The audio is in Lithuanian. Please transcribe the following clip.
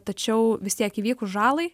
tačiau vis tiek įvykus žalai